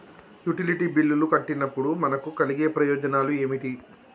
Utility బిల్లులు కట్టినప్పుడు మనకు కలిగే ప్రయోజనాలు ఏమిటి?